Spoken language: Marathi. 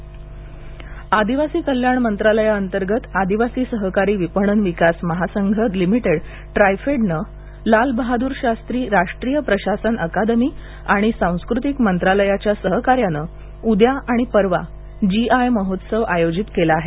ट्रायफेडने जीआय महोत्सव आदिवासी कल्याण मंत्रालयाअंतर्गत आदिवासी सहकारी विपणन विकास महासंघ लिमिटेड ट्रायफेडनं लाल बहादूर राष्ट्रीय प्रशासन अकादमी आणि सांस्कृतिक मंत्रालयाच्या सहकार्यानं उद्या आणि परवा जीआय महोत्सव आयोजित केला आहे